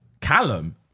Callum